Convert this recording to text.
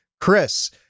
Chris